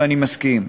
ואני מסכים.